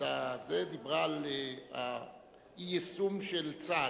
דיברה על אי-יישום של צה"ל.